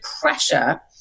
pressure